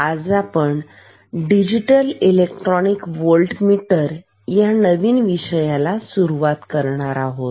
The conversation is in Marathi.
आज आपण डिजिटल इलेक्ट्रॉनिक व्होल्ट मीटर या नवीन विषयाला सुरुवात करणार आहोत